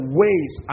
ways